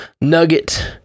nugget